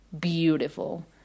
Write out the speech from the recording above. Beautiful